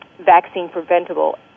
vaccine-preventable